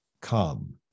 come